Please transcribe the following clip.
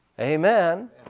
Amen